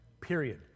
period